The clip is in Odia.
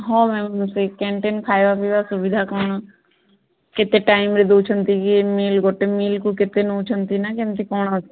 ହଁ ମ୍ୟାମ୍ ମୁଁ ସେଇ କ୍ୟାଣ୍ଟିନ୍ ଖାଇବା ପିଇବା ସୁବିଧା କ'ଣ କେତେ ଟାଇମ୍ରେ ଦେଉଛନ୍ତି ଇଏ ମିଲ୍ ଗୋଟେ ମିଲ୍କୁ କେତେ ନେଉଛନ୍ତି ନା କେମିତି କ'ଣ